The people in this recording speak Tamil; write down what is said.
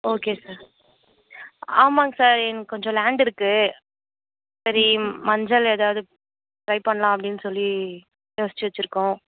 ஓகே சார் ஆமாங்க சார் எனக்கு கொஞ்சம் லேண்டிருக்கு சரி மஞ்சள் ஏதாவது ட்ரை பண்ணலாம் அப்படின்னு சொல்லி யோசிச்சு வச்சிருக்கோம்